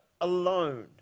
alone